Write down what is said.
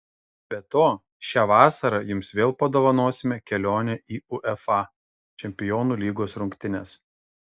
be to šią vasarą jums vėl padovanosime kelionę į uefa čempionų lygos rungtynes